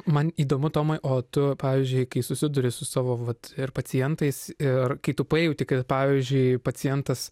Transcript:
man įdomu tomai o tu pavyzdžiui kai susiduri su savo vat ir pacientais ir kai tu pajauti kad pavyzdžiui pacientas